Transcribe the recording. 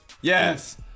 Yes